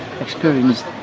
experienced